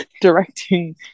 directing